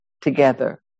together